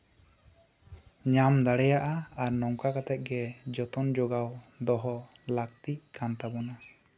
ᱧᱟᱢ ᱫᱟᱲᱮᱭᱟᱜᱼᱟ ᱟᱨ ᱱᱚᱝᱠᱟ ᱠᱟᱛᱮ ᱜᱮ ᱡᱚᱛᱚᱱ ᱡᱚᱜᱟᱣ ᱫᱚᱦᱚ ᱞᱟᱠᱛᱤ ᱠᱟᱱ ᱛᱟᱵᱚᱱᱟ